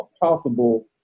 possible